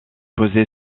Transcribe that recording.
posé